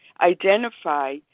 identify